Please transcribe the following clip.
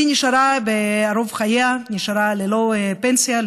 היא נשארה רוב חייה ללא פנסיה,